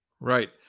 Right